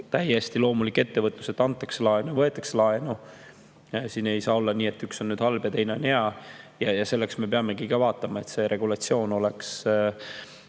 täiesti loomulik ettevõtlus, et antakse laenu ja võetakse laenu. Ei saa olla nii, et üks on halb ja teine on hea. Selleks me peamegi vaatama, et see regulatsioon oleks